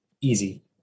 easy